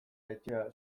etxea